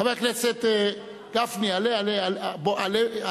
חבר הכנסת גפני, עלה ובוא.